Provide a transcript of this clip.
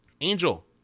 Angel